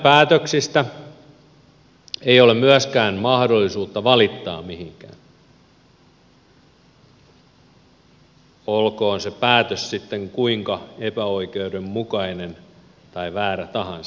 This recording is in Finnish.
evmn päätöksistä ei ole myöskään mahdollisuutta valittaa mihinkään olkoon se päätös sitten kuinka epäoikeudenmukainen tai väärä tahansa